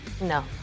No